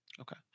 okay